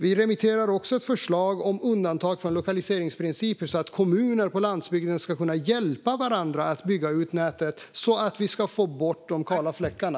Vi remitterar också ett förslag om undantag från lokaliseringsprincipen så att kommuner på landsbygden ska kunna hjälpa varandra att bygga ut nätet, för att vi ska få bort de kala fläckarna.